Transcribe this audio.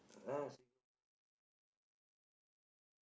eh Singapore also nice safari also very best place